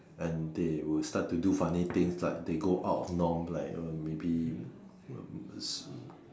and they will start to do funny things like they go out norm like uh maybe